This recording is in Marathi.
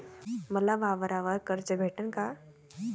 मले वावरावर कर्ज भेटन का?